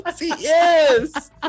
Yes